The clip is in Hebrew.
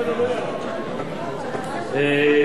זהבה,